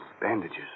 bandages